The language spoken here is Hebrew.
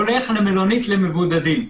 הולך למלונית למבודדים.